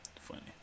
Funny